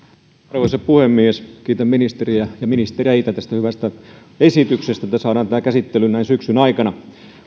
arvoisa puhemies kiitän ministeriä ja ministereitä tästä hyvästä esityksestä että saadaan tämä käsittelyyn näin syksyn aikana